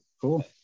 Cool